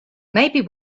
maybe